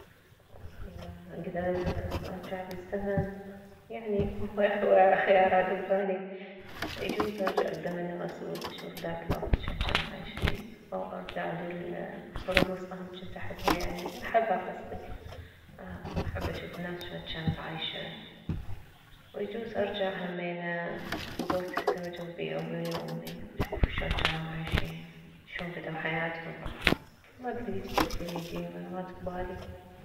والله اذا كدرت ارجع بالزمن اكو هواي خيارات ببالي يجوز ارجع لزمن الرسول اشوف ذاك الوكت شلون جانو عايشين او ارجع للعصور الوسطى هم جنت احبها يعني احبها قصدي احب اشوف الناس شلون جانت عايشة ويجوز ارجع همينه للوكت الي تزوجو بيه ابويه وامي اشوف شلون جانو عايشين شلون بدو حياتهم ما ادري هيج تفكير يجيني مرات يجي ببالي